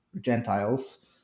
Gentiles